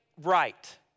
right